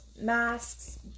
masks